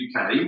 UK